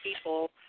people